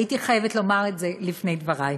הייתי חייבת לומר את זה לפני דברי.